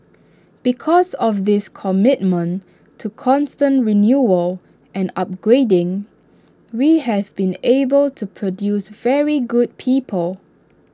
because of this commitment to constant renewal and upgrading we have been able to produce very good people